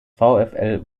vfl